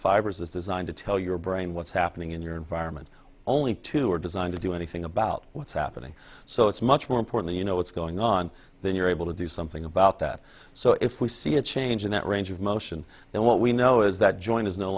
fibers is designed to tell your brain what's happening in your environment only two are designed to do anything about what's happening so it's much more important you know what's going on then you're able to do something about that so if we see a change in that range of motion then what we know is that joint is no